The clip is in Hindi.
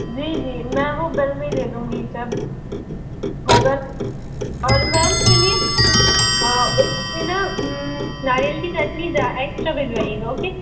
जी जी मैं वो बिल्ल में ही दे दूँगी जब भोजन और मैम सुनिए उस में ना नारियल की चटनी जा एक्स्ट्रा भिजवाइएगा ओके